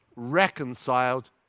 reconciled